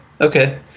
Okay